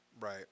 Right